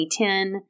2010